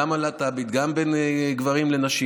גם להט"בים, גם בין גברים לנשים.